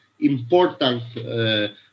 important